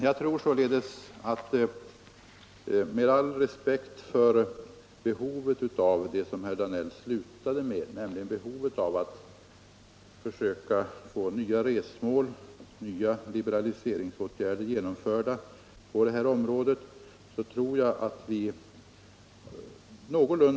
Jag har all respekt för behovet av nya resmål och av att genomföra nya liberaliseringsåtgärder på detta område, som herr Danell tog upp i slutet av sitt anförande.